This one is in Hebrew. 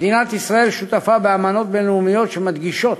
מדינת ישראל שותפה באמנות בין-לאומיות שמדגישות